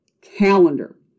calendar